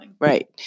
Right